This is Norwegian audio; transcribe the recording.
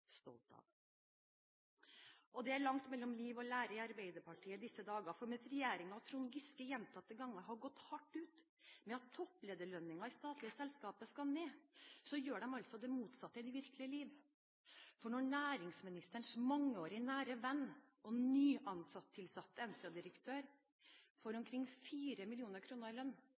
av. Det er langt mellom liv og lære i Arbeiderpartiet i disse dager. Mens regjeringen og Trond Giske gjentatte ganger har gått hardt ut med at topplederlønninger i statlige selskaper skal ned, gjør de altså det motsatte i det virkelige liv. For når næringsministerens mangeårige, nære venn og nyansatte Entra-direktør får omkring 4 mill. kr i lønn